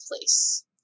place